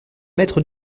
mètre